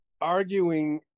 arguing